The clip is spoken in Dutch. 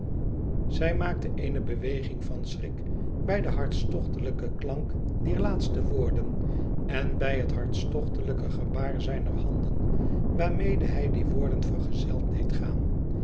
zij maakte eene beweging van schrik bij den hartstochtelijken klank dier laatste woorden en bij het hartstochtelijke gebaar zijner handen waarmede hij die woorden vergezeld deed gaan